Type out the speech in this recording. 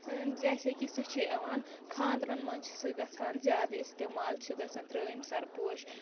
جیسے کہِ سُہ چھِ یِوان خانٛدرَن منٛز چھِ سُہ گژھان زیادٕ اِستعمال چھِ گژھان ترٛٲمۍ سَرپوش